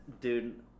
Dude